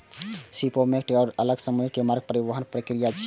shipment कार्गों अलग समुद्री मार्ग सं परिवहनक प्रक्रिया छियै